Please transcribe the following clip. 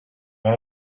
one